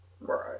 right